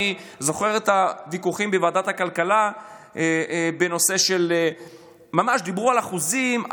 אני זוכר את הוויכוחים בוועדת הכלכלה בנושא ממש דיברו על אחוזים,